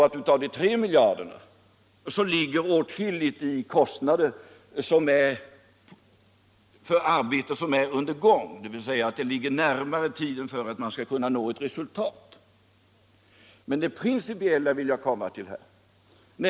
Av dessa 3 miljarder går förmodligen åtskilligt till arbeten som ligger ganska nära den tidpunkt då man kan uppnå ett resultat.